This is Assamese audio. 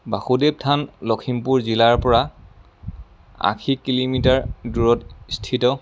বাসুদেৱ থান লখিমপুৰ জিলাৰ পৰা আশী কিলোমিটাৰ দূৰত স্থিত